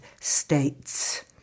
states